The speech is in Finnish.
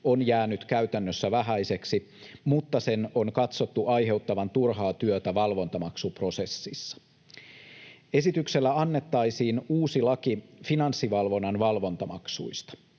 on jäänyt käytännössä vähäiseksi, mutta sen on katsottu aiheuttavan turhaa työtä valvontamaksuprosessissa. Esityksellä annettaisiin uusi laki Finanssivalvonnan valvontamaksuista.